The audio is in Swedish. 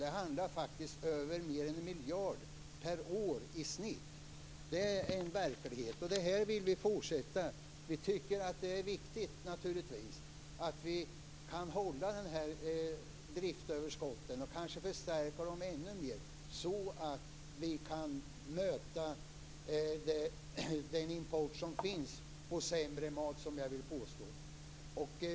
Det handlar om mer än 1 miljard per år i snitt. Det är en verklighet. Det här vill vi fortsätta. Vi tycker naturligtvis att det är viktigt att man kan hålla de här driftsöverskotten och kanske förstärka dem ännu mer, för att kunna möta importen av sämre mat, som jag vill påstå att det är fråga om.